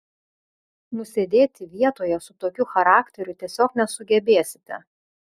nusėdėti vietoje su tokiu charakteriu tiesiog nesugebėsite